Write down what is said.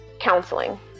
counseling